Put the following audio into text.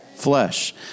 flesh